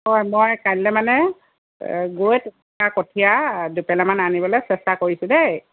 হয় মই কালিলে মানে গৈ কঠীয়া দুপেলামান আনিবলৈ চেষ্টা কৰিছোঁ দেই